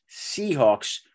Seahawks